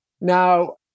Now